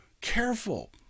Careful